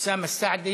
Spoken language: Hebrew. אוסאמה סעדי,